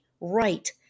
right